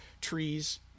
trees